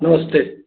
नमस्ते